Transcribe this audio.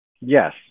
yes